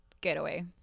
Getaway